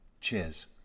Cheers